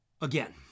Again